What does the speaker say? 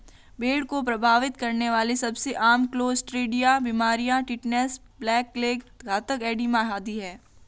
भेड़ को प्रभावित करने वाली सबसे आम क्लोस्ट्रीडिया बीमारियां टिटनेस, ब्लैक लेग, घातक एडिमा आदि है